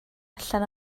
allan